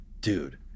dude